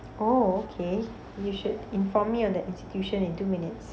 oh okay you should inform me on the institution in two minutes